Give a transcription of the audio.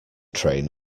train